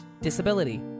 disability